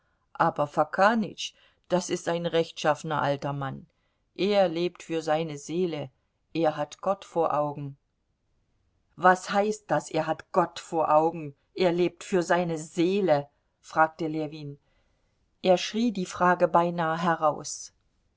aber fokanütsch das ist ein rechtschaffener alter mann er lebt für seine seele er hat gott vor augen was heißt das er hat gott vor augen er lebt für seine seele fragte ljewin er schrie die frage beinahe heraus